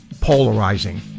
polarizing